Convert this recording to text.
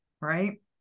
right